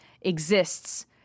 exists